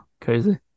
Crazy